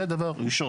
זה דבר ראשון.